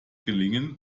gelingen